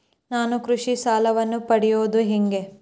ನಾನು ಕೃಷಿ ಸಾಲವನ್ನು ಪಡೆಯೋದು ಹೇಗೆ?